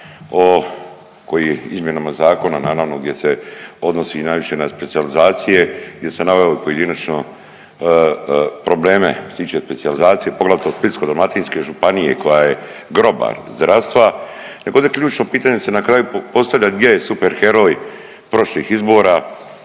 je o izmjenama zakona naravno gdje se odnosi najviše na specijalizacije, gdje sam naveo pojedinačno probleme što se tiče specijalizacije, poglavito Splitsko-dalmatinske županije koja je grobar zdravstva, dakle ovdje ključno pitanje se na kraju postavlja gdje je super heroj prošlih izbora,